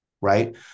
Right